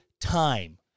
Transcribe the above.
time